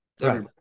right